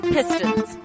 Pistons